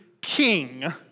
king